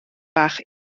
bach